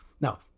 Now